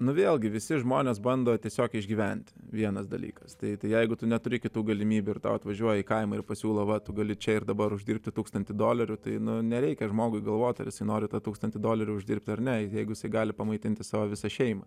nu vėlgi visi žmonės bando tiesiog išgyventi vienas dalykas tai tai jeigu tu neturi kitų galimybių ir tau atvažiuoja į kaimą ir pasiūlo va tu gali čia ir dabar uždirbti tūkstantį dolerių tai nereikia žmogui galvot ar jisai nori tą tūkstantį dolerių uždirbti ar ne jeigu jisai gali pamaitinti savo visą šeimą